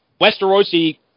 Westerosi